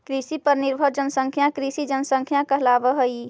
कृषि पर निर्भर जनसंख्या कृषि जनसंख्या कहलावऽ हई